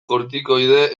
kortikoide